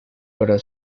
pero